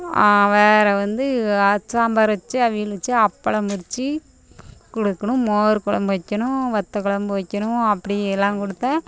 வேறு வந்து சாம்பார் வெச்சு அவியல் வெச்சு அப்பளம் வெச்சு கொடுக்கணும் மோர் கொழம்பு வைக்கணும் வத்த கொழம்பு வைக்கணும் அப்படியே எல்லாம் கொடுத்தா